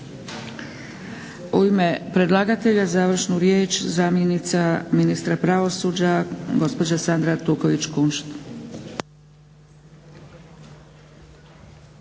U ime predlagatelja završnu riječ zamjenica ministra pravosuđa gospođa Sandra Artuković-Kunšt.